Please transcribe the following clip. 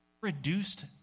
reduced